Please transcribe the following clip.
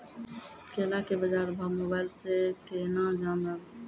केला के बाजार भाव मोबाइल से के ना जान ब?